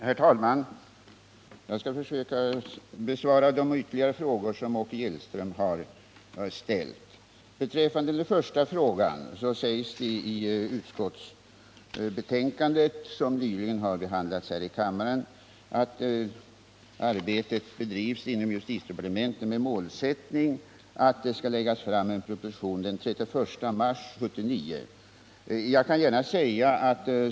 Herr talman! Jag skall försöka besvara de ytterligare frågor som Åke Gillström har ställt. Beträffande den första frågan sägs det i lagutskotts betänkande 1978/79:3, som nyligen har behandlats här i kammaren, att arbetet bedrivs inom justitiedepartementet med målsättningen att det skall läggas fram en proposition till den 31 mars 1979.